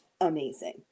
amazing